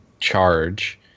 charge